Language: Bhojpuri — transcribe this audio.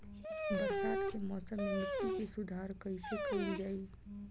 बरसात के मौसम में मिट्टी के सुधार कइसे कइल जाई?